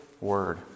word